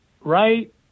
right